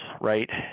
right